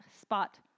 spot